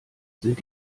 sind